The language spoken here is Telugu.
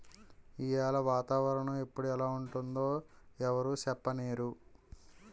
ఈయాల వాతావరణ ఎప్పుడు ఎలా ఉంటుందో ఎవరూ సెప్పనేరు